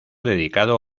dedicado